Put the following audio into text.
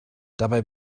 dabei